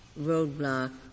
roadblock